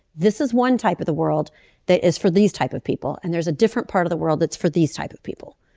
this is one type of the world that is for these type of people. and there's a different part of the world that's for these type of people.